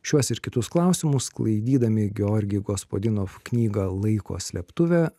šiuos ir kitus klausimus sklaidydami georgi gospadinov knygą laiko slėptuvė